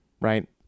right